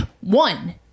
one